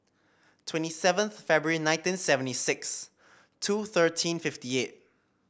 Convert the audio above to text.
twenty seventh February nineteen seventy six two thirteen fifty eight